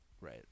Right